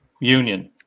union